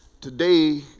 Today